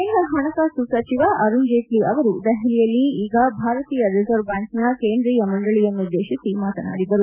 ಕೇಂದ್ರ ಹಣಕಾಸು ಮಂತ್ರಿ ಅರುಣ್ಜೆಟ್ಲ ಅವರು ದೆಹಲಿಯಲ್ಲಿ ಈಗ ಭಾರತೀಯ ರಿಸರ್ವ್ ಬ್ಲಾಂಕಿನ ಕೇಂದ್ರೀಯ ಮಂಡಳಿಯನ್ನು ಉದ್ದೇಶಿಸಿ ಮಾತನಾಡಿದರು